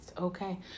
okay